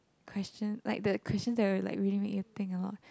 questions like the questions that like we need to think of